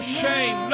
shame